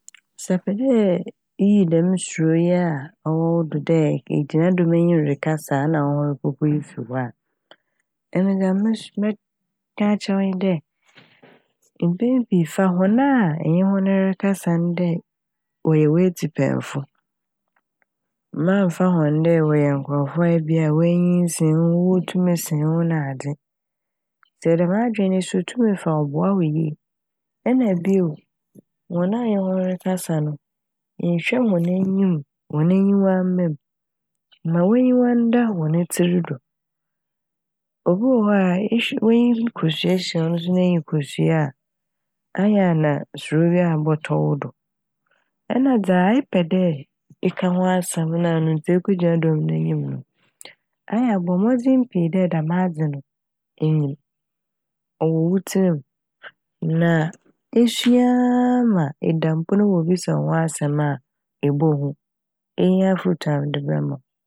Sɛ epɛ dɛ iyi dɛm suro yi a ɔwɔ wo do dɛ egyina dɔm enyim rekasa a na wo ho ropopo yi fi hɔ a. Emi dza mesu - mɛka akyerɛ wo nye dɛ mpɛn pii fa hɔn a nnye hɔn rekasa dɛ wɔyɛ w'etsipɛnfo. Mammfa hɔn dɛ wɔyɛ nkorɔfo a ebi a woenyin sen wo wotum sen wo nadze. Ntsi sɛ dɛm adwen no etum fa a ɔboa wo yie. Na bio hɔn a ɛnye hɔn rekasa no nnhwɛ hɔn enyim- hɔn enyiwamba m' ma w'enyiwa nda hɔn tsir do. Obi wɔ hɔ a ehw- w'enyi kosua hyia n'enyi kosua a ɔyɛ ana suro abɔtɔ wo do. Ɛna dza epɛdɛ eka ho asɛm ɔnam do ma ekogyina hɔn enyim no ayɛ bɔ mbɔdzen pii dɛ dɛm adze no inyim ɔwɔ wo tsirmu na esuaa a ma eda mpo na wobisa wo ho asɛm a ibohu.